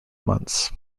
months